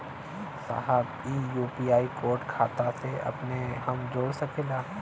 साहब का UPI code खाता से अपने हम जोड़ सकेला?